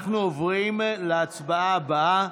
אנחנו עוברים להצעה הבאה,